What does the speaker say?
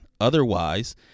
Otherwise